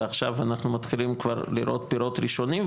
ועכשיו אנחנו מתחילים כבר לראות פירות ראשונים.